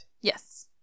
Yes